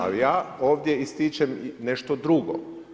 A ja ovdje ističem nešto drugo.